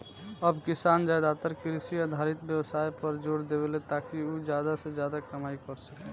अब किसान ज्यादातर कृषि आधारित व्यवसाय पर जोर देवेले, ताकि उ ज्यादा से ज्यादा कमाई कर सके